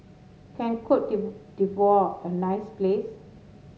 can Cote d'Ivoire a nice place